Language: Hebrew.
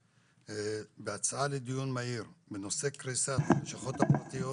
בהצעה לדיון מהיר בנושא קריסת הלשכות הפרטיות